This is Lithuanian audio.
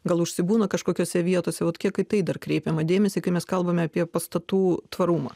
gal užsibūna kažkokiose vietose vat kiek į tai dar kreipiama dėmesį kai mes kalbame apie pastatų tvarumą